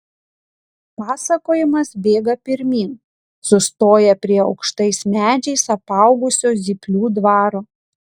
pasakojimas bėga pirmyn sustoja prie aukštais medžiais apaugusio zyplių dvaro